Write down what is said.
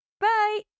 Bye